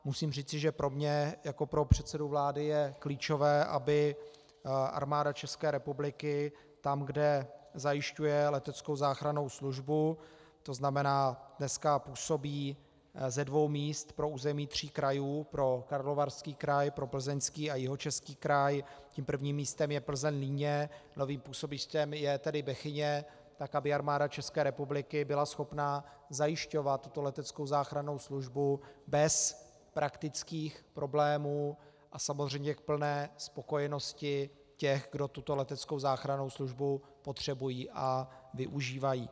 Musím říci, že pro mě jako pro předsedu vlády je klíčové, aby Armáda ČR tam, kde zajišťuje leteckou záchrannou službu, to znamená, dneska působí ze dvou míst pro území tří krajů pro Karlovarský kraj, pro Plzeňský a Jihočeský kraj tím prvním místem je PlzeňLíně, novým působištěm je tedy Bechyně, tak aby Armáda ČR byla schopna zajišťovat tuto leteckou záchrannou službu bez praktických problémů a samozřejmě k plné spokojenosti těch, kdo tuto leteckou záchrannou službu potřebují a využívají.